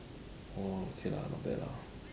orh okay lah not bad lah